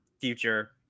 future